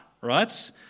right